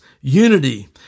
unity